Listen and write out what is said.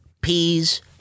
peas